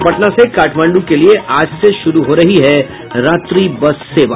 और पटना से काठमांड् के लिये आज से शुरू हो रही है रात्रि बस सेवा